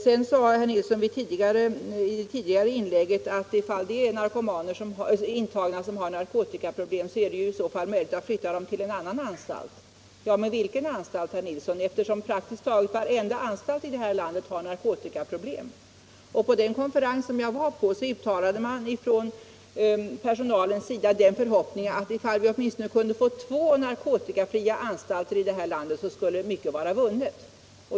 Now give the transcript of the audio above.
Herr Nilsson i Visby sade i sitt tidigare inlägg att de intagna som har narkotikaproblem kan flyttas till en annan anstalt. Vilken anstalt, herr Nilsson? Praktiskt taget varenda anstalt i det här landet har narkotikaproblem. På den konferens jag besökte uttalade personalen den meningen att om vi åtminstone kunde: få två narkotikafria anstalter i landet skulle mycket vara vunnet.